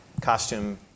costume